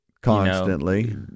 Constantly